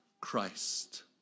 Christ